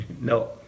No